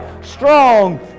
strong